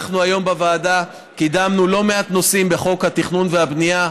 אנחנו היום בוועדה קידמנו לא מעט נושאים בחוק התכנון והבנייה.